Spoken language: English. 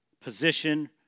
position